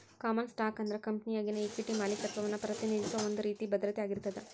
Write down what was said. common stock ಅಂದ್ರ ಕಂಪೆನಿಯಾಗಿನ equity ಮಾಲೇಕತ್ವವನ್ನ ಪ್ರತಿನಿಧಿಸೋ ಒಂದ್ ರೇತಿ ಭದ್ರತೆ ಆಗಿರ್ತದ